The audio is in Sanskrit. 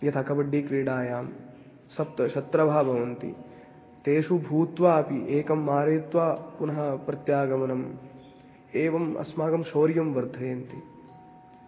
यथा कबड्डिक्रीडायां सप्त शत्रवः भवन्ति तेषु भूत्वापि एकं मारयित्वा पुनः प्रत्यागमनम् एवम् अस्माकं शौर्यं वर्धयन्ति